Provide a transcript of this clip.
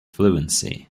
fluency